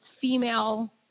female